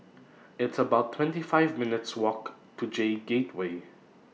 It's about twenty five minutes' Walk to J Gateway